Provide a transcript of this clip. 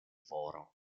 foro